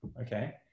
okay